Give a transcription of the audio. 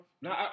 No